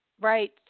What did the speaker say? Right